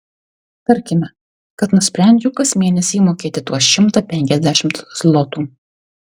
tarkime kad nusprendžiu kas mėnesį įmokėti tuos šimtą penkiasdešimt zlotų